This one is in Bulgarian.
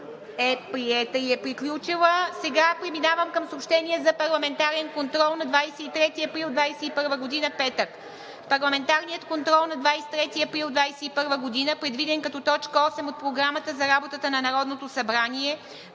и приета тази точка. Преминавам към съобщенията за парламентарен контрол на 29 април 2021 г., петък. Парламентарният контрол на 29 април 2021 г., предвиден като т. 8 от Програмата за работата на Народното събрание